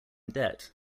debt